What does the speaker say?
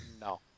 No